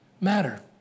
matter